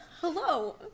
Hello